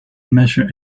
measure